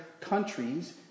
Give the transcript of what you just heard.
countries